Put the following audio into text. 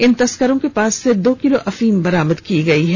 इन तस्करों के पास से दो किलो अफीम भी बरामद की गई है